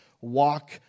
Walk